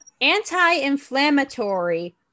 anti-inflammatory